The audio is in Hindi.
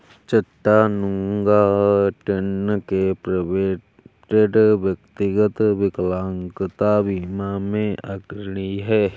चट्टानूगा, टेन्न के प्रोविडेंट, व्यक्तिगत विकलांगता बीमा में अग्रणी हैं